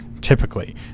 typically